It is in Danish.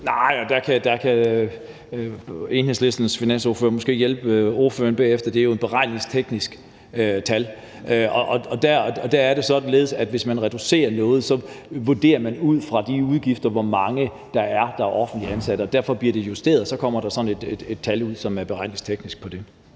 (NB): Der kan Enhedslistens finansordfører måske hjælpe ordføreren bagefter. Det er jo et beregningsteknisk tal, og der er det således, at hvis man reducerer noget, vurderer man ud fra de udgifter, hvor mange der er offentligt ansatte, og derfor bliver det justeret, og så kommer der sådan et tal ud på det, som er beregningsteknisk. Sådan